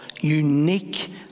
unique